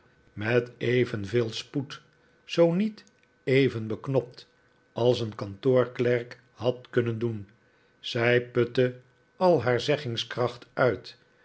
met evenveel spoed zoo niet even beknopt als een kantoorklerk had kunnen doen zij putte al haar zeggingskracht uit